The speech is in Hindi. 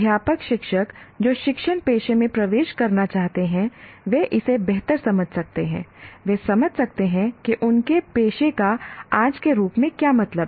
अध्यापक शिक्षक जो शिक्षण पेशे में प्रवेश करना चाहते हैं वे इसे बेहतर समझ सकते हैं वे समझ सकते हैं कि उनके पेशे का आज के रूप में क्या मतलब है